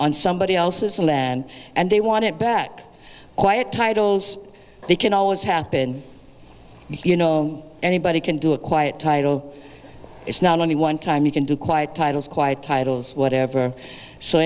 on somebody else's land and they want it back quiet titles they can always happen you know anybody can do a quiet title it's not only one time you can do quite tight titles whatever so